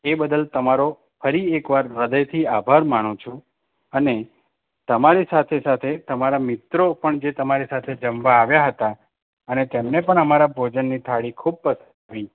એ બદલ તમારો ફરી એકવાર હૃદયથી આભાર માનું છું અને તમારી સાથે સાથે તમારા મિત્રો પણ જે તમારી સાથે જમવા આવ્યા હતા અને તેમને પણ અમારા ભોજનની થાળી ખૂબ પસંદ આવી